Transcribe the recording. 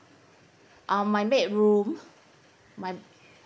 um my bedroom my